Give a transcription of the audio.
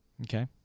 Okay